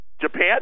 Japan